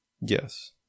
Yes